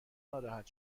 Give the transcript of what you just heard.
ناراحت